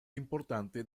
importante